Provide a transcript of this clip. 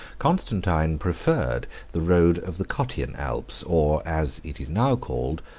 constantine preferred the road of the cottian alps, or, as it is now called,